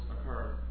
occur